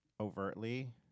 Overtly